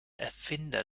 erfinder